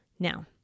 Now